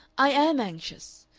i am anxious.